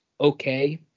okay